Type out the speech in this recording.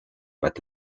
but